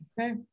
Okay